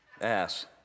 Ass